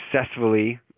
successfully